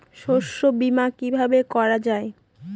শস্য বীমা কিভাবে করা যায়?